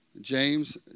James